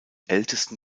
ältesten